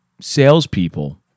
salespeople